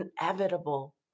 inevitable